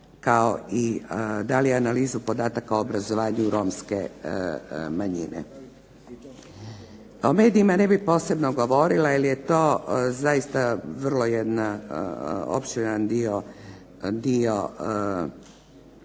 i dali analizu podataka o obrazovanju Romske manjine. O medijima ne bih posebno govorila jer je to jedan opširan dio